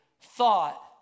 thought